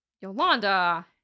Yolanda